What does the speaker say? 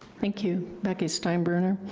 thank you, becky steinbruner.